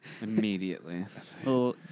Immediately